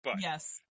yes